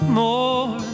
more